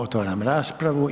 Otvaram raspravu.